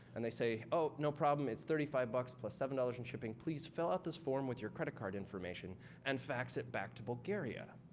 and they say, oh, no problem. it's thirty five bucks plus seven dollars for and shipping. please fill out this form with your credit card information and fax it back to bulgaria.